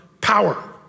power